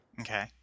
Okay